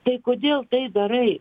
tai kodėl tai darai